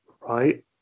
right